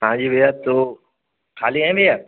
हाँ जी भैया तो खाली हैं भैया